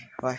bye